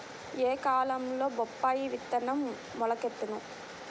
ఏ కాలంలో బొప్పాయి విత్తనం మొలకెత్తును?